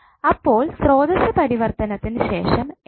അപ്പോൾ സ്രോതസ്സ് പരിവർത്തനത്തിന് ശേഷം എന്താണ്